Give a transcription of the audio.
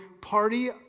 party